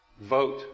vote